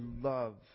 love